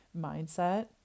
mindset